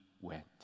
went